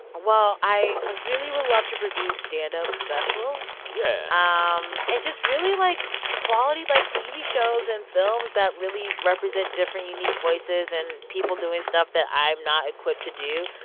well, i ah really would love to produce standup specials. yeah. um and just really, like, quality, like, tv shows and films that really represent different, unique voices and people doing stuff that i'm not equipped to do.